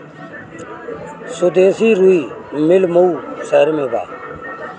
स्वदेशी रुई मिल मऊ शहर में बा